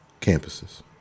campuses